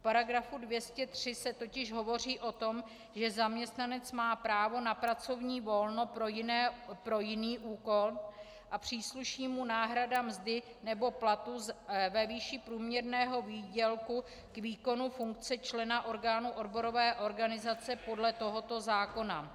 V § 203 se totiž hovoří o tom, že zaměstnanec má právo na pracovní volno pro jiný úkol a přísluší mu náhrada mzdy nebo platu ve výši průměrného výdělku k výkonu funkce člena orgánu odborové organizace podle tohoto zákona.